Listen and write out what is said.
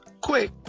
quick